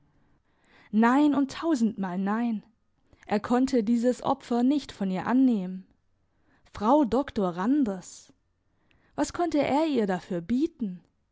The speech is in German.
nein und tausendmal nein er konnte dieses opfer nicht von ihr annehmen frau doktor randers was konnte er ihr dafür bieten